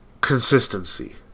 Consistency